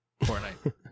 Fortnite